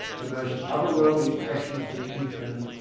the most otherworldly passion for the infinite,